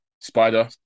Spider